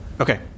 Okay